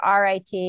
RIT